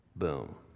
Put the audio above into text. boom